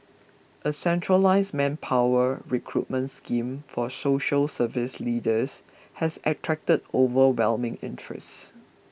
a centralised manpower recruitment scheme for social service leaders has attracted overwhelming interest